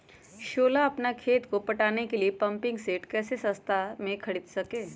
सोलह अपना खेत को पटाने के लिए पम्पिंग सेट कैसे सस्ता मे खरीद सके?